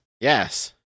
Yes